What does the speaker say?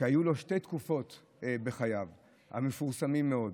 והיו לו שתי תקופות בחייו המפורסמים מאוד,